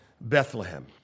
Bethlehem